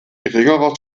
geringerer